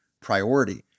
priority